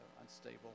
unstable